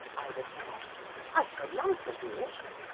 i replied i shall like a walk.